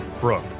Brooke